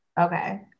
okay